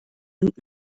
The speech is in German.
und